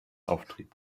auftrieb